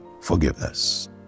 forgiveness